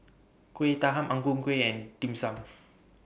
Kuih Talam Ang Ku Kueh and Dim Sum